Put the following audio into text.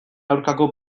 aurkako